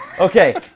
Okay